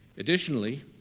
additionally,